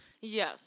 Yes